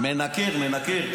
מנקר, מנקר.